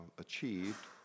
achieved